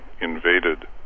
invaded